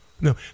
no